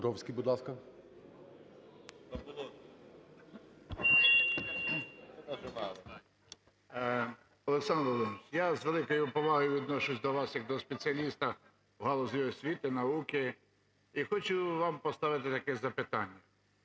Олександр Володимирович, я з великою повагою відношусь до вас як до спеціаліста в галузі освіти, науки і хочу вам поставити таке запитання.